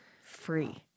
free